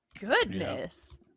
goodness